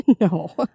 No